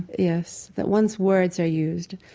yes. that once words are used,